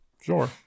sure